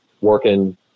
working